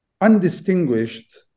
undistinguished